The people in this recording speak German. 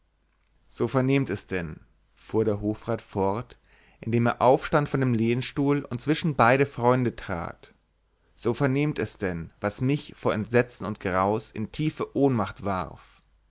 so vernehmt es denn fuhr der hofrat fort indem er aufstand von dem lehnstuhl und zwischen beide freunde trat so vernehmt es denn was mich vor entsetzen und graus in tiefe ohnmacht warf